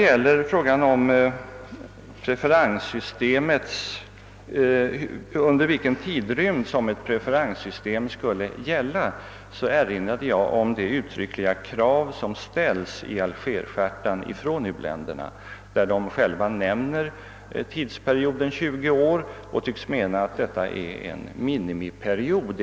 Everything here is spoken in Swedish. I fråga om under vilken tidrymd ett preferenssystem skulle gälla erinrade jag om det uttryckliga krav som framställs av u-länderna i Alger-chartan, vari de själva nämner tiden 20 år, som enligt deras värderingar tycks vara en minimiperiod.